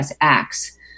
ACTS